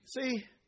See